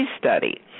study